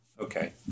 Okay